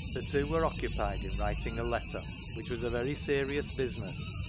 the two were occupied in writing a letter, which was a very serious business,